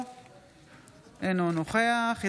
אינה נוכחת אליהו רביבו,